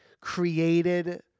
created